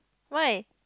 why